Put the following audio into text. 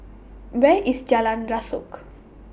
Where IS Jalan Rasok